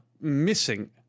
missing